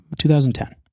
2010